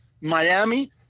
Miami